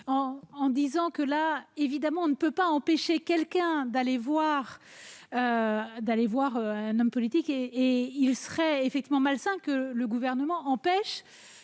Larrivé. Bien évidemment, on ne peut pas empêcher quelqu'un d'aller écouter un homme politique. Il serait effectivement malsain que le Gouvernement empêche